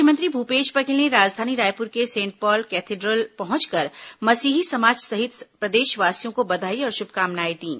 मुख्यमंत्री भूपेश बघेल ने राजधानी रायपुर के सेंट पॉल केथेड्रल पहुंचकर मसीही समाज सहित प्रदेशवासियों को बधाई और शुभकामनाए दीं